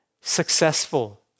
successful